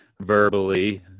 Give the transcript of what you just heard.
verbally